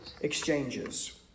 exchanges